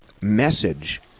message